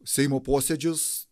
seimo posėdžius